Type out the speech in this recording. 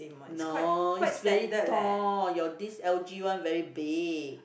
no is very tall your this l_g one very big